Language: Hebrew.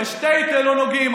בשטעטעל לא נוגעים,